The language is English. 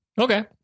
Okay